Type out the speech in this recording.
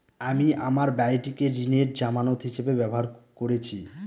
আমি আমার বাড়িটিকে ঋণের জামানত হিসাবে ব্যবহার করেছি